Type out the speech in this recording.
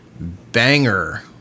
banger